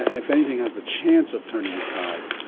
ah if anything has the chance of turning the tide,